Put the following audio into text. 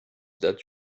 that